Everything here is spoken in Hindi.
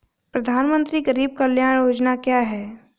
प्रधानमंत्री गरीब कल्याण योजना क्या है?